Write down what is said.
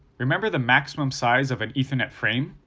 remember the maximum size of an ethernet frame?